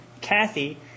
Kathy